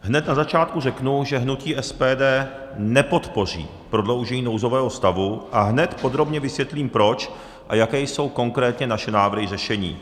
Hned na začátku řeknu, že hnutí SPD nepodpoří prodloužení nouzového stavu, a hned podrobně vysvětlím proč a jaké jsou konkrétně naše návrhy řešení.